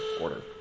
order